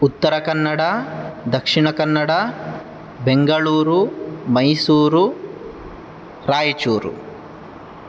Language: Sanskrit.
उत्तरकन्नड दक्षिणकन्नड बेङ्गलूरु मैसूरु रायिचूरु